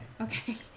Okay